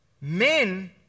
men